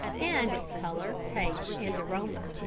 and its colour, taste and aroma.